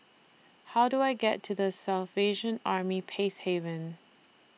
How Do I get to The Salvation Army Peacehaven